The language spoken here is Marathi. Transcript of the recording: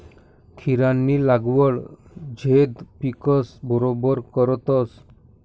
खीरानी लागवड झैद पिकस बरोबर करतस